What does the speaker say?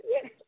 Yes